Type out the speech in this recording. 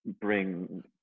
bring